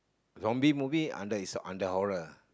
zombie movie under is a under horror